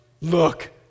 look